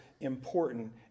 important